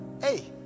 Hey